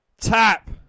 tap